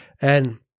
And-